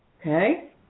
Okay